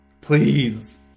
Please